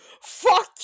Fuck